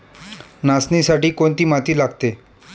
नाचणीसाठी कोणती माती लागते?